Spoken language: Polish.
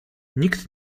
nikt